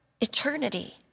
eternity